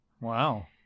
Wow